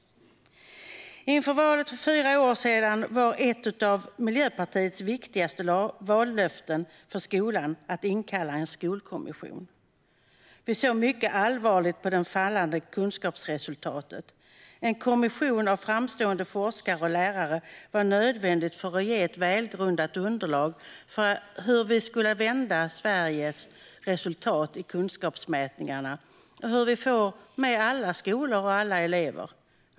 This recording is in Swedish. Inför valet för fyra år sedan var ett av Miljöpartiets viktigaste vallöften för skolan att inkalla en skolkommission. Vi såg mycket allvarligt på de fallande kunskapsresultaten. En kommission av framstående forskare och lärare var nödvändig för att ge ett välgrundat underlag för hur vi skulle vända Sveriges resultat i kunskapsmätningarna och få med alla skolor och alla elever.